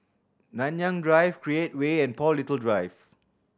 Nanyang Drive Create Way and Paul Little Drive